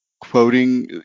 quoting